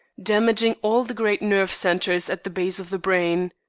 damaging all the great nerve centres at the base of the brain.